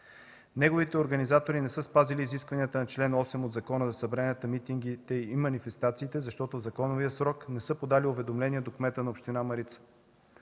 Неговите организатори не са спазили изискванията на чл. 8 от Закона за събранията, митингите и манифестациите, защото в законовия срок не са подали уведомление до кмета на община Марица.